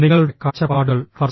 നിങ്ങളുടെ കാഴ്ചപ്പാടുകൾ first